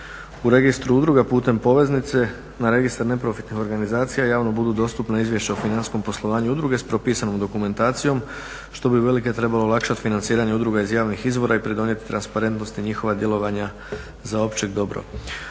u Registru udruga putem poveznice na Registar neprofitnih organizacija javno budu dostupna izvješća o financijskom poslovanju udruge s propisanom dokumentacijom što bi uvelike trebalo olakšati financiranje udruga iz javnih izvora i pridonijeti transparentnosti njihova djelovanja za opće dobro.